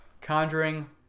Conjuring